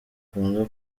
akunda